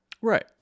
Right